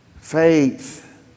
Faith